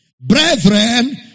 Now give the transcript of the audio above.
brethren